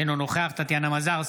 אינו נוכח טטיאנה מזרסקי,